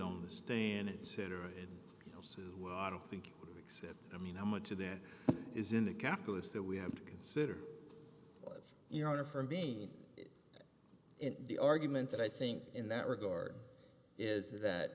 on the stand it set or it says well i don't think except i mean how much of that is in a calculus that we have to consider you know for me in the arguments and i think in that regard is that